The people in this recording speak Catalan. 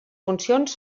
funcions